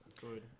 Good